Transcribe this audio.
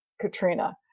Katrina